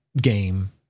game